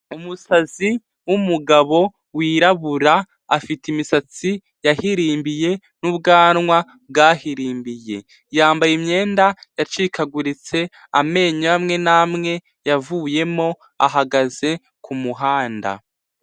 Umusazi w'umugabo, wirabura, afite imisatsi yahirimbiye, n'ubwanwa bwahirimbiye, yambaye imyenda yacikaguritse, amenyo amwe n'amwe yavuyemo, ahagaze ku muhanda.